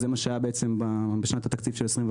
זה מה שהיה בשנת התקציב של 21',